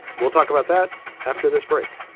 we'll talk about that after this break